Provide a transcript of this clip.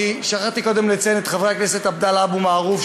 שכחתי קודם לציין את חבר הכנסת עבדאללה אבו מערוף,